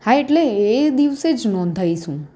હા એટલે એ દિવસે જ નોંધાવીશ હું